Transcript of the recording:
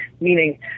meaning